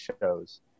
shows